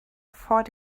fought